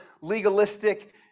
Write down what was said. legalistic